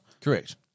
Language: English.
Correct